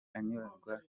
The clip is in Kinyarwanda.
anyurwa